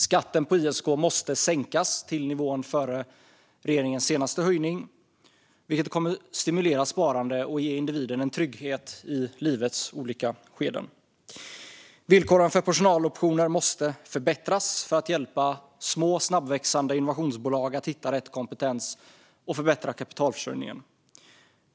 Vidare måste skatten på ISK sänkas till samma nivå som före regeringens senaste höjning. Det skulle stimulera sparande och ge individen trygghet i livets olika skeden. Villkoren för personaloptioner måste förbättras för att små, snabbväxande innovationsbolag ska få hjälp att hitta rätt kompetens och förbättra kapitalförsörjningen.